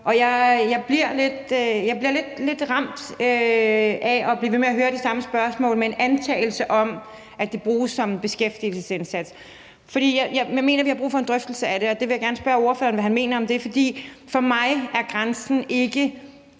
at blive ved med at høre det samme spørgsmål med en antagelse om, at det her bruges som beskæftigelsesindsats. Jeg mener, vi har brug for en drøftelse af det, og det vil jeg gerne spørge ordføreren hvad han mener om, for for mig er grænsen ikke